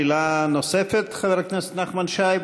שאלה נוספת, חבר הכנסת נחמן שי?